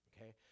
okay